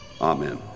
Amen